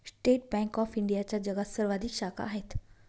state bank of इंडियाच्या जगात सर्वाधिक शाखा आहेत